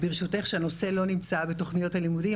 ברשותך שהנושא לא נמצא בתוכניות הלימודים,